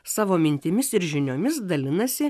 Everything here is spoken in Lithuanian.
savo mintimis ir žiniomis dalinasi